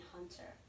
Hunter